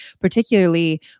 particularly